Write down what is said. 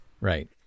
Right